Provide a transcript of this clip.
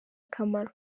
akamaro